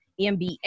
MBA